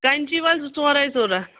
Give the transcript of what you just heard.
کَنچی وٲلۍ زٕ ژور ٲسۍ ضروٗرت